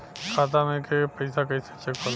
खाता में के पैसा कैसे चेक होला?